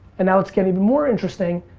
and now let's get even more interesting,